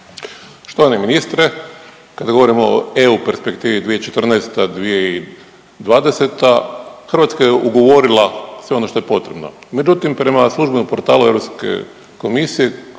Štovani ministre. Kada govorimo o EU perspektivi 2014.-2020., Hrvatska je ugovorila sve ono što je potrebno. Međutim, prema službenom portalu EU komisije,